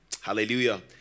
Hallelujah